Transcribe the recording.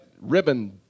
ribbon